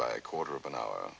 by a quarter of an hour